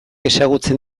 ezagutzen